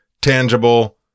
tangible